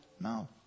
No